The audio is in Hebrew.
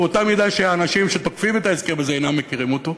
באותה מידה שהאנשים שתוקפים את ההסכם הזה אינם מכירים אותו.